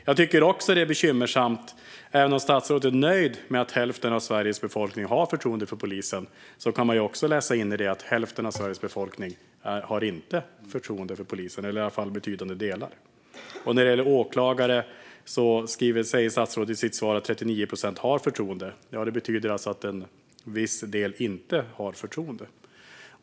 Jag tycker också att det är bekymmersamt att statsrådet säger att han är nöjd med att hälften av Sveriges befolkning har förtroende för polisen, för i det kan man också läsa in att hälften, eller åtminstone betydande delar, av Sveriges befolkning inte har förtroende för polisen. När det gäller åklagare säger statsrådet att 39 procent har förtroende. Det betyder alltså att en viss del inte har förtroende.